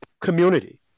community